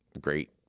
great